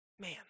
Man